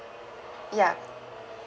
ya